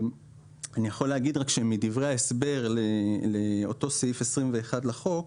אני יכול להגיד שמדברי ההסבר לאותו סעיף 21 לחוק,